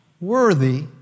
worthy